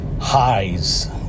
highs